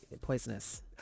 poisonous